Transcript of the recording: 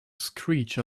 screech